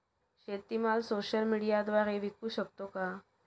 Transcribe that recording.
शेतीमाल सोशल मीडियाद्वारे विकू शकतो का?